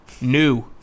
New